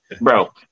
Bro